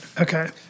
Okay